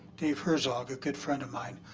dave herzog, a good friend of mine,